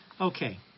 Okay